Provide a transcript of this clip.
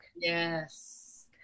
Yes